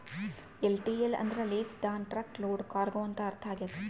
LTL ಅಂದ್ರ less than truck load cargo ಅಂತ ಅರ್ಥ ಆಗ್ಯದ